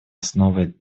основой